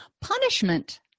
Punishment